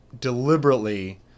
deliberately